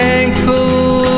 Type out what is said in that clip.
ankle